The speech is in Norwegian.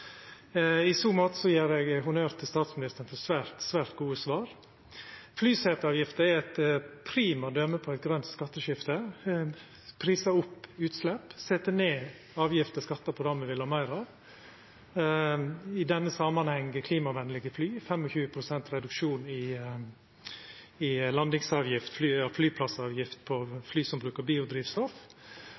så måte gjev eg honnør til statsministeren for svært gode svar. Flyseteavgifta er eit prima døme på eit grønt skatteskifte: Det prisar opp utslepp og set ned avgifter og skattar på det me vil ha meir av – i denne samanhengen gjeld det klimavenlege fly. Det vert 25 pst. reduksjon i landingsavgifta og flyplassavgiftene for fly som brukar